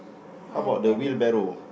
I have Adam